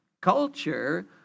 culture